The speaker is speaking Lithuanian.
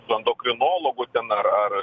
su endokrinologu ten ar ar